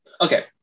okay